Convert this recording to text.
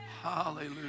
Hallelujah